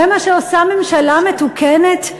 זה מה שעושה ממשלה מתוקנת?